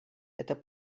это